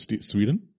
Sweden